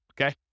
Okay